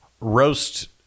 Roast